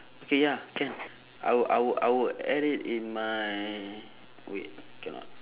okay ya can I would I would I would add it in my wait cannot